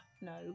No